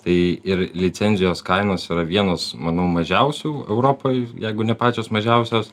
tai ir licencijos kainos yra vienos manau mažiausių europoj jeigu ne pačios mažiausios